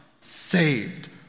saved